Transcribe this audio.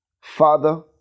Father